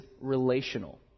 relational